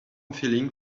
feeling